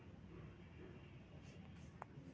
ఋణం యొక్క సాధ్యమైన కొలేటరల్స్ ఏమిటి?